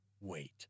wait